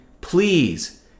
please